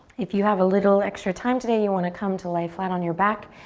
if you have a little extra time today, you want to come to lay flat on your back,